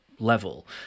level